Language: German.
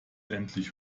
endlich